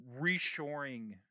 reshoring